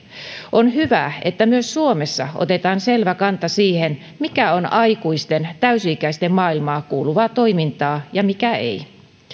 on hyvä että myös suomessa otetaan selvä kanta siihen mikä on aikuisten täysi ikäisten maailmaan kuuluvaa toimintaa ja mikä ei